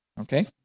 Okay